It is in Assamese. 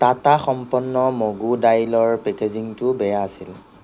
টাটা সম্পন্ন মগু দাইলৰ পেকেজিংটো বেয়া আছিল